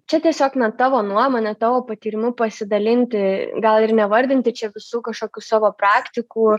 čia tiesiog na tavo nuomone tavo patyrimu pasidalinti gal ir nevardinti čia visų kažkokių savo praktikų